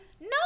no